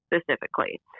specifically